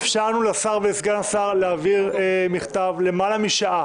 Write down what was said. אפשרנו לשר ולסגן השר להעביר מכתב למעלה משעה.